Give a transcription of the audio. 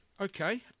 okay